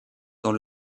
dans